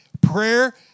Prayer